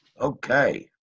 Okay